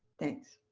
thanks.